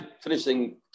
finishing